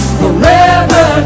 forever